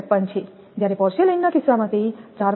53 છે જ્યારે પોર્સેલેઇનના કિસ્સામાં તે 4